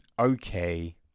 okay